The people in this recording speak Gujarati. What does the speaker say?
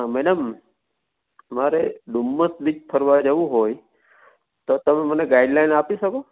મેડમ મારે ડુમ્મસ બીચ ફરવા જવું હોય તો તમે મને ગાઈડલાઇન આપી શકો